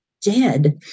dead